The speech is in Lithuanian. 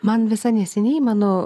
man visai neseniai mano